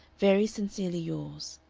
very sincerely yours,